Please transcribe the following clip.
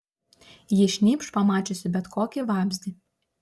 ji šnypš pamačiusi bet kokį vabzdį